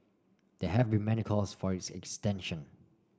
there have been many calls for its extension